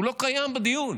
הוא לא קיים בדיון.